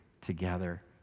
together